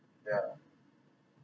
yeah